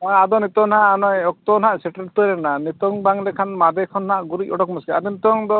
ᱱᱚᱜ ᱚᱭ ᱟᱫᱚ ᱱᱤᱛᱚᱝ ᱱᱟᱜ ᱱᱚᱜ ᱚᱭ ᱚᱠᱛᱚ ᱱᱟᱜ ᱥᱮᱴᱮᱨ ᱩᱛᱟᱹᱨᱮᱱᱟ ᱱᱤᱛᱚᱝ ᱵᱟᱝᱞᱮᱠᱷᱟᱱ ᱢᱟᱫᱮ ᱠᱷᱚᱱᱟᱜ ᱜᱩᱨᱤᱡ ᱚᱰᱚᱠ ᱟᱹᱰᱤ ᱢᱩᱥᱠᱤᱞ ᱱᱤᱛᱚᱝ ᱫᱚ